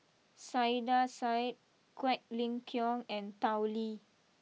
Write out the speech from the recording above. Saiedah Said Quek Ling Kiong and Tao Li